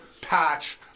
patch